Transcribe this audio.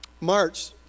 March